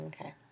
okay